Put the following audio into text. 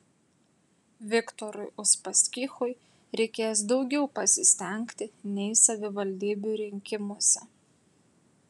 viktorui uspaskichui reikės daugiau pasistengti nei savivaldybių rinkimuose